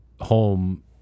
home